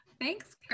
Thanks